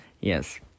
Yes